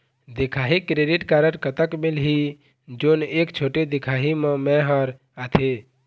दिखाही credit card कतक मिलही जोन एक छोटे दिखाही म मैं हर आथे?